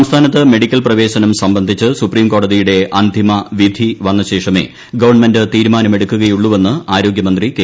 ശൈലജ സംസ്ഥാനത്ത് മെഡിക്കൽ പ്രവേശനം സംബന്ധിച്ച് സുപ്രീം കോടതിയുടെ അന്തിമ വിധി വന്ന ശേഷമേ ഗവൺമെന്റ് തീരുമാനമെടുക്കുകയുള്ളുവെന്ന് ആരോഗ്യമന്ത്രി കെ